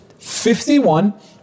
51